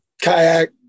kayak